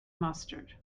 mustard